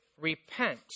repent